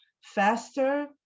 faster